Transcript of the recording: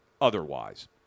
otherwise